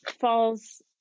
falls